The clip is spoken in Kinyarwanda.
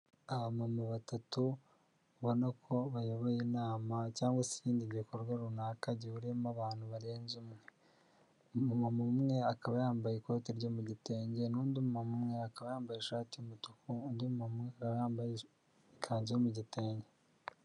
Abamama batatu ubona ko bayoboye inama cyangwa se ikindi gikorwa runaka gihuriyemo abantu barenze umwe, umwe akaba yambaye ikoti ryo mu gitenge n'undi akaba yambaye ishati y'umutuku, undi muntu yambaye ikanzu yo mu gitenge.